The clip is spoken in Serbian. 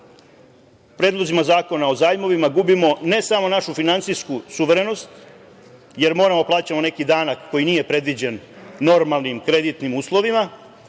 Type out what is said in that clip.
predlozima zakona o zajmovima ne samo našu finansijsku suverenost, jer moramo da plaćamo neki danak koji nije predviđen normalnim kreditnim uslovima,